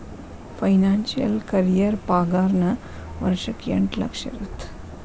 financial career ಪಾಗಾರನ ವರ್ಷಕ್ಕ ಎಂಟ್ ಲಕ್ಷ ಇರತ್ತ